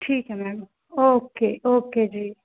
ਠੀਕ ਹੈ ma'am okay okay ਜੀ